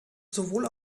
sowohl